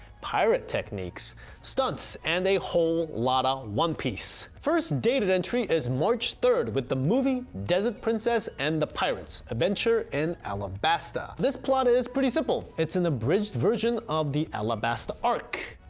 piratetechnics. stunts, and a whole lotta one piece. first dated entry is march third with the movie the desert princess and the pirates adventures in alabasta, this plot is pretty simple, it's an abridged version of the alabasta arc!